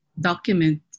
document